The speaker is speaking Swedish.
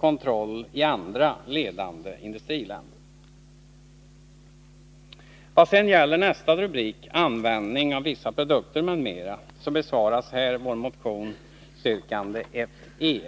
kontroll i andra ledande industriländer. Vad sedan gäller nästa rubrik, Användningen av vissa produkter, m.m., besvaras här vårt motionsyrkande 1 e.